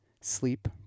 sleep